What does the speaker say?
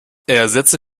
ersetze